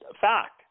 fact